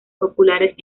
populares